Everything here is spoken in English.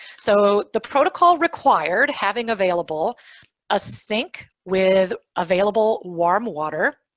so the protocol required having available a sink with available warm water,